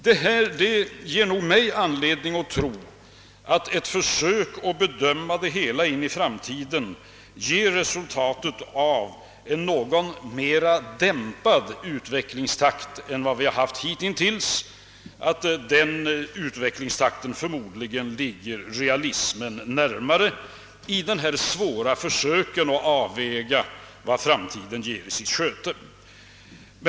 Det ger mig anledning att tro att ett försök att bedöma det hela för framtiden skulle ge till resultat en något mera dämpad utvecklingstakt än den vi har haft hittills. Detta är nog ett mer realistiskt antagande vid det svåra försöket att förutsäga vad framtiden bär i sitt sköte.